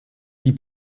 die